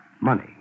Money